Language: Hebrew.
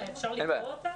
אפשר לקרוא אותה.